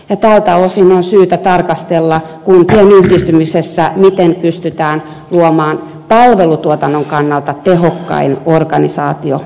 tältä osin on syytä tarkastella kuntien yhdistymisessä miten pystytään luomaan palvelutuotannon kannalta tehokkain organisaatiomuoto